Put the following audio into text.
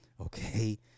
okay